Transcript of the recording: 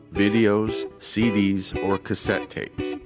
videos, cds or cassette tapes.